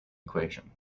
equation